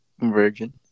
Virgin